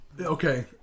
Okay